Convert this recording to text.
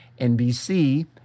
NBC